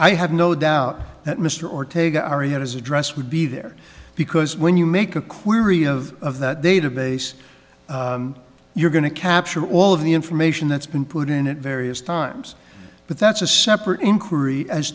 i have no doubt that mr ortega ari had his address would be there because when you make a query of the database you're going to capture all of the information that's been put in at various times but that's a separate inquiry as